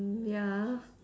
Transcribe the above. ya